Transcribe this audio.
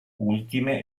ultime